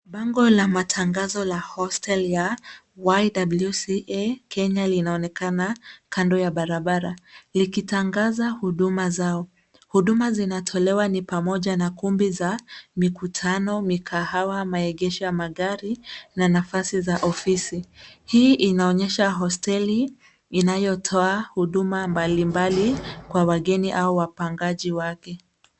Bango la matangazo la hostel ya YWCA Kenya linaonekana kando ya barabara likitangaza huduma zao. Huduma zinatolewa ni pamoja kumbi za mikutano, mikahawa, maegesho ya magari na nafasi za ofisi. Hii inaonyesha hosteli inayotoa huduma mbalimbali kwa wageni au wapangaji wake.